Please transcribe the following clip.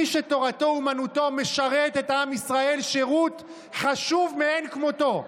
מי שתורתו אומנותו משרת את עם ישראל שירות חשוב מאין כמותו.